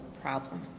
problem